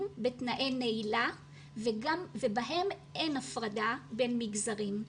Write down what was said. בתנאי נעילה ובהם אין הפרדה בין מגזרים.